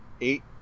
Eight